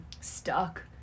stuck